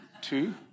two